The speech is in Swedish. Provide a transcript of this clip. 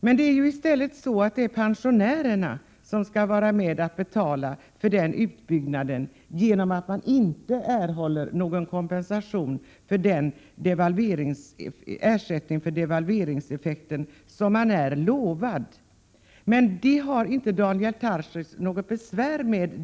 Men det är ju i stället pensionärerna som får vara med och betala för den utbyggnaden genom att de inte erhåller någon kompensation för devalveringseffekten som de har blivit lovade. Detta är löften som Daniel Tarschys inte har något besvär med.